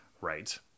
Right